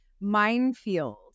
minefield